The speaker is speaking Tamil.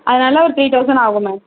அதனால ஒரு த்ரீ தௌசண்ட் ஆகும் மேம்